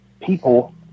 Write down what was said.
people